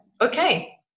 Okay